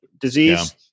disease